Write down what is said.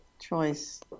choice